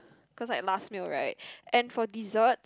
cause like last meal right and for dessert